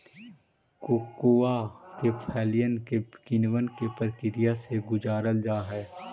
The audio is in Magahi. कोकोआ के फलियन के किण्वन के प्रक्रिया से गुजारल जा हई